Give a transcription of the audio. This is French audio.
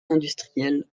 industrielles